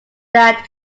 that